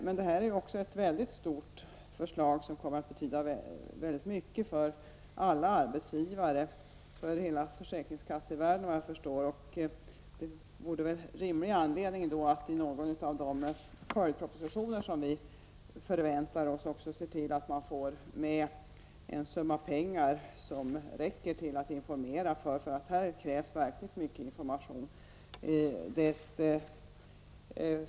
Det föreliggande förslaget är också mycket stort och kommer att betyda mycket för alla arbetsgivare och, såvitt jag förstår, för hela försäkringskassevärlden. Därför borde det väl i någon av de förväntade följdpropositionerna finnas med en summa pengar som räcker för information. Här krävs det ju verkligen mycket information.